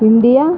India